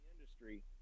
industry